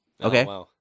Okay